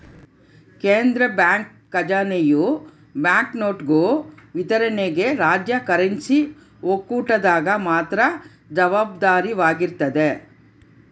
ಕೇಂದ್ರ ಬ್ಯಾಂಕ್ ಖಜಾನೆಯು ಬ್ಯಾಂಕ್ನೋಟು ವಿತರಣೆಗೆ ರಾಜ್ಯ ಕರೆನ್ಸಿ ಒಕ್ಕೂಟದಾಗ ಮಾತ್ರ ಜವಾಬ್ದಾರವಾಗಿರ್ತದ